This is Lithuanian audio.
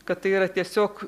kad tai yra tiesiog